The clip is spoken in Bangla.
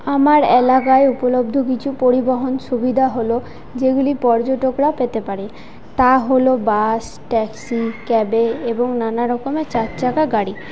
আমার এলাকায় উপলব্ধ কিছু পরিবহন সুবিধা হল যেগুলি পর্যটকরা পেতে পারে তা হলো বাস ট্যাক্সি ক্যাবে এবং নানারকমের চার চাকা গাড়ি